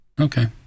Okay